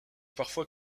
parfois